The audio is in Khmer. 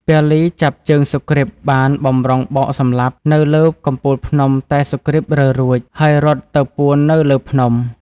ពាលីចាប់ជើងសុគ្រីពបានបម្រុង បោកសម្លាប់នៅលើកំពូលភ្នំតែសុគ្រីពរើរួច ហើយរត់ទៅពួននៅលើភ្នំ ។